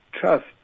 trust